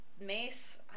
Mace